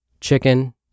chicken